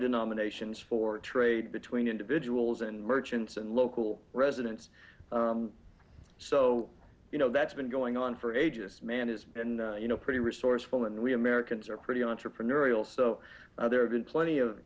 denominations for trade between individuals and merchants and local residents so you know that's been going on for ages man is you know pretty resourceful and we americans are pretty entrepreneurial so there have been plenty of